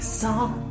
song